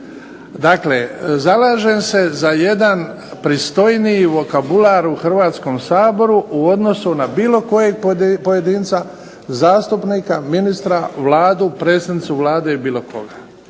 Dakle, zalažem se za jedan pristojniji vokabular u Hrvatskom saboru u odnosu na bilo kojeg pojedinca, zastupnika, ministra, vladu, predsjednicu Vlade i bilo koga.